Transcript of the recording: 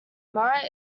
murat